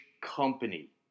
company